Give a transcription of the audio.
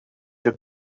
your